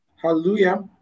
Hallelujah